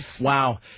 Wow